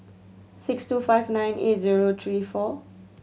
six two five nine eight zero three four